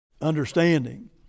understanding